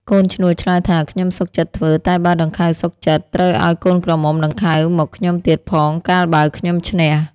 កូនឈ្នួលឆ្លើយថា ខ្ញុំសុខចិត្តធ្វើ តែបើដង្ខៅសុខចិត្ត ត្រូវឲ្យកូនក្រមុំដង្ខៅមកខ្ញុំទៀតផង កាលបើខ្ញុំឈ្នះ។